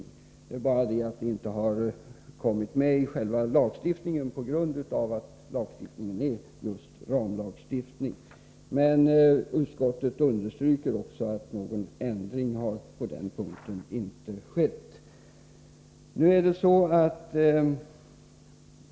Det är bara det att de inte har kommit med i själva lagstiftningen, på grund av att det är just en ramlagstiftning. Utskottet understryker också att någon ändring inte har skett på denna punkt.